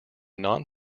non